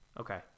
Okay